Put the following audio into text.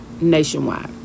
nationwide